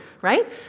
right